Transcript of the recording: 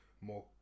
more